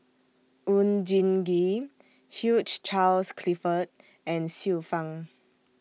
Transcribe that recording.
Oon Jin Gee Hugh Charles Clifford and Xiu Fang